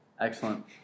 excellent